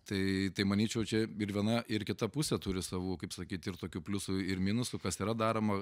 tai tai manyčiau čia ir viena ir kita pusė turi savų kaip sakyt ir tokių pliusų ir minusų kas yra daroma